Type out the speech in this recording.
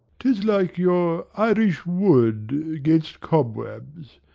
tis like your irish wood, gainst cob-webs.